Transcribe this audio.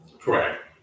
Correct